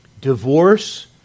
divorce